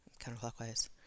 Counterclockwise